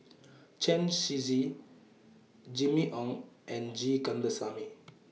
Chen Shiji Jimmy Ong and G Kandasamy